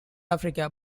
africa